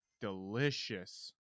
delicious